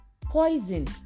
poison